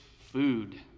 food